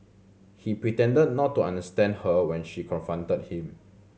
he pretended not to understand her when she confronted him